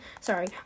sorry